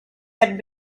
had